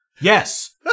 Yes